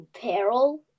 Peril